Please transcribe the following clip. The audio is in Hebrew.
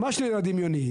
ממש נראה דימיוני.